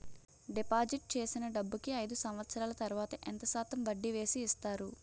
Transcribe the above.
Deposit చేసిన డబ్బుకి అయిదు సంవత్సరాల తర్వాత ఎంత శాతం వడ్డీ వేసి ఇస్తారు?